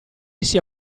sia